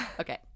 Okay